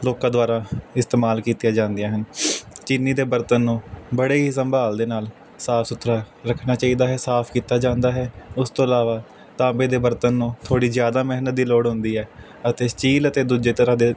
ਲੋਕਾਂ ਦੁਆਰਾ ਇਸਤੇਮਾਲ ਕੀਤੀਆਂ ਜਾਂਦੀਆਂ ਹਨ ਚੀਨੀ ਦੇ ਬਰਤਨ ਨੂੰ ਬੜੇ ਹੀ ਸੰਭਾਲ ਦੇ ਨਾਲ ਸਾਫ਼ ਸੁਥਰਾ ਰੱਖਣਾ ਚਾਹੀਦਾ ਹੈ ਸਾਫ਼ ਕੀਤਾ ਜਾਂਦਾ ਹੈ ਉਸ ਤੋਂ ਇਲਾਵਾ ਤਾਂਬੇ ਦੇ ਬਰਤਨ ਨੂੰ ਥੋੜ੍ਹੀ ਜ਼ਿਆਦਾ ਮਿਹਨਤ ਦੀ ਲੋੜ ਹੁੰਦੀ ਹੈ ਅਤੇ ਸਟੀਲ ਅਤੇ ਦੂਜੇ ਤਰ੍ਹਾਂ ਦੇ